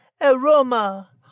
aroma